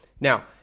Now